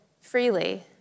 freely